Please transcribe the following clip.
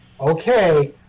okay